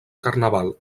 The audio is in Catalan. carnaval